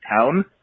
town